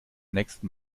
nächsten